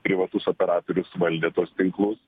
privatus operatorius valdė tuos tinklus